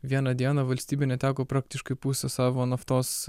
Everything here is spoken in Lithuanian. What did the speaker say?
vieną dieną valstybė neteko praktiškai pusę savo naftos